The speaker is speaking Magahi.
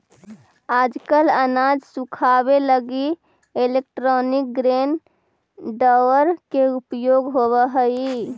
आजकल अनाज सुखावे लगी इलैक्ट्रोनिक ग्रेन ड्रॉयर के उपयोग होवऽ हई